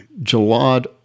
Jalad